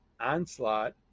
Onslaught